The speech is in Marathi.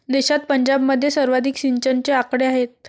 देशात पंजाबमध्ये सर्वाधिक सिंचनाचे आकडे आहेत